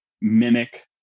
mimic